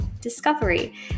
discovery